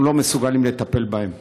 אנחנו לא מסוגלים לטפל בהם.